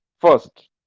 first